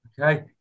Okay